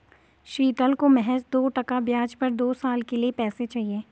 शीतल को महज दो टका ब्याज पर दो साल के लिए पैसे चाहिए